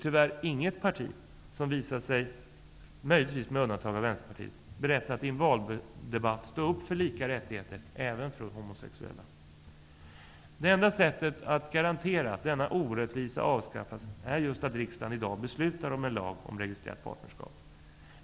Tyvärr har inget parti -- möjligtvis med undantag av Vänsterpartiet -- visat sig berett att i en valdebatt stå upp för lika rättigheter även för homosexuella. Det enda sättet att garantera att denna orättvisa avskaffas är att riksdagen i dag beslutar om en lag om registrerat partnerskap.